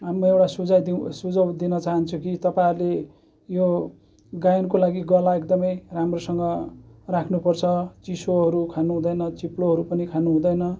राम्रो एउटा सुझाउ दिउँ सुझाउ दिन चाहन्छु कि तपाईँहरूले यो गायनको लागि गला एकदमै राम्रोसँग राख्नुपर्छ चिसोहरू खानु हुँदैन चिप्लोहरू पनि खानुहुँदैन